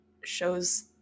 shows